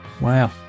wow